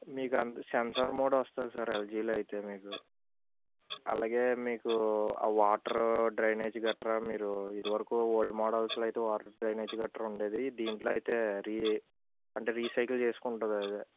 మీకు అంత sensor mode వస్తుంది సార్ ఎల్జీలో అయితే మీకు అలాగే మీకు ఆ వాటరు డ్రైనేజీ గట్రా మీరు ఇది వరకు ఓల్డ్ మోడల్స్లో అయితే వాటర్ డ్రైనేజీ గట్రా ఉండేది దీంట్లో అయితే రీ అంటే రీసైకిల్ చేసుకుంటుంది అదే